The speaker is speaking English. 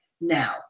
now